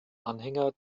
anhänger